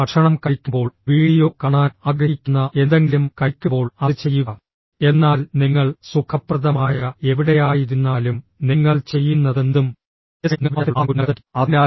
ഭക്ഷണം കഴിക്കുമ്പോൾ വീഡിയോ കാണാൻ ആഗ്രഹിക്കുന്ന എന്തെങ്കിലും കഴിക്കുമ്പോൾ അത് ചെയ്യുക എന്നാൽ നിങ്ങൾ സുഖപ്രദമായ എവിടെയായിരുന്നാലും നിങ്ങൾ ചെയ്യുന്നതെന്തും ഏത് സമയത്തും നിങ്ങൾ അവ്യക്തമായ തരത്തിലുള്ള ആളാണെങ്കിൽപ്പോലും നിങ്ങൾക്ക് അത് ലഭിക്കും